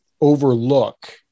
overlook